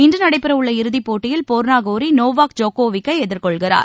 இன்றுநடைபெறவுள்ள இறுதிப் போட்டியில் போர்னாகோரிநோவாக் ஜோகோவிச்சைஎதிர்கொள்கிறார்